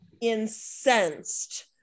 incensed